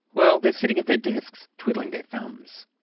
well they're sitting at their desks, twiddling their thumbs.